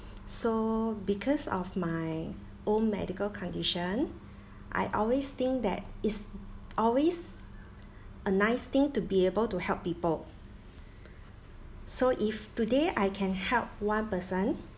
so because of my own medical condition I always think that it's always a nice thing to be able to help people so if today I can help one person